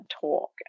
talk